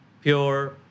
pure